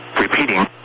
Repeating